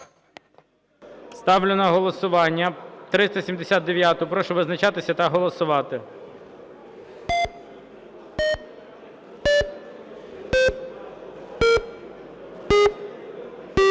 Ставлю на голосування 431-у. Прошу визначатися та голосувати. 13:56:26